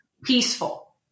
peaceful